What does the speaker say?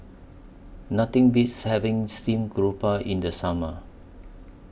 Nothing Beats having Steamed Garoupa in The Summer